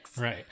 Right